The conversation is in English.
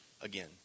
again